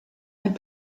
and